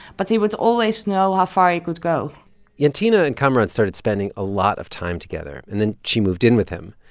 but he would always know how far he could go jantine ah and kamaran started spending a lot of time together, and then she moved in with him.